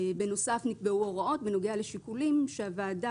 בנוסף נקבעו הוראות בנוגע לשיקולים שהוועדה